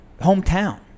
hometown